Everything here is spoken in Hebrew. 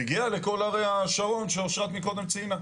מגיע לכל ערי השרון שאושרת מקודם ציינה.